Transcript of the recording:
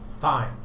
Fine